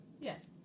Yes